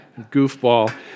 goofball